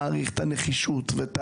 מעריך את הנחישות ואת